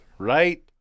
Right